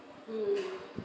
mm